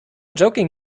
joking